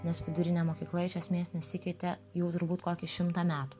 nes vidurinė mokykla iš esmės nesikeitė jau turbūt kokį šimtą metų